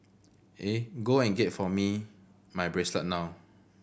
eh go and get for me my bracelet now